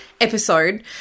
episode